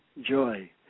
joy